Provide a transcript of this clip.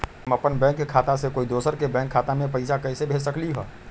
हम अपन बैंक खाता से कोई दोसर के बैंक खाता में पैसा कैसे भेज सकली ह?